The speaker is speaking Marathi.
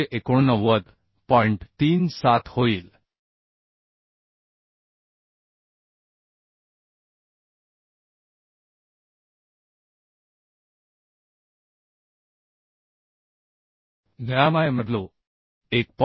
37 होईल गॅमाmw